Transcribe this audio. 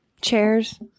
Chairs